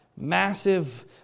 massive